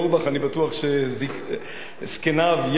אני בטוח שזקניו יקים,